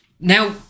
Now